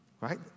Right